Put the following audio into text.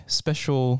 special